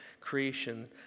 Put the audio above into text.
creation